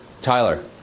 Tyler